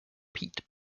peat